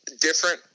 different